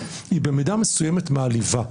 היא במידה מסוימת מעליבה.